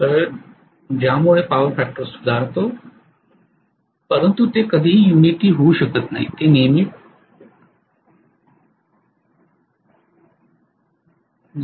तर ज्यामुळे power factor सुधारतो परंतु ते कधीही युनिटी होऊ शकत नाही ते नेहमी 0